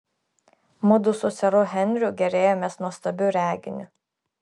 mudu su seru henriu gėrėjomės nuostabiu reginiu